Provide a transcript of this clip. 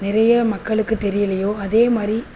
நிறைய மக்களுக்கு தெரியலையோ அதேமாதிரி